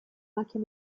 macchia